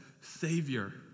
Savior